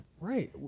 Right